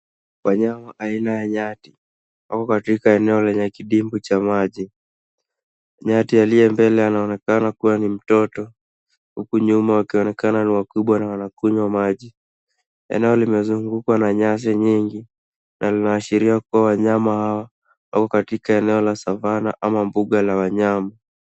Wanyama aina ya nyati wako katika eneo lenye kidimbwi cha maji. Nyati aliye mbele anaonekana kuwa ni mtoto huku nyuma wakionekana ni wakubwa na wanakunywa maji. Eneo linazungukwa na nyasi nyingi na linaashiria kuwa wanyama hawa wako katika eneo la savana ama mbuga la wanyama.